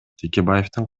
текебаевдин